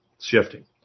shifting